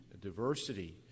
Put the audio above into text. diversity